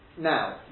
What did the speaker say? Now